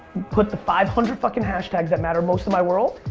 put the five hundred fucking hashtags that matter most in my world,